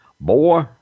boy